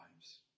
lives